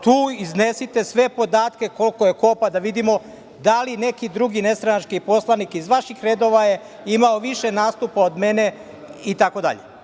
Tu iznesite sve podatke koliko je ko, pa da vidimo da li neki drugi nestranački poslanik iz vaših redova je imao više nastupa od mene, itd.